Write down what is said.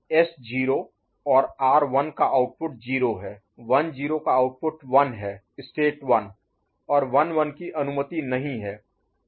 S 0 और R 1 का output 0 है 1 0 का आउटपुट 1 है स्टेट 1 और 1 1 की अनुमति नहीं है